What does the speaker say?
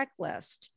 checklist